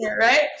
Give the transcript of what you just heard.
Right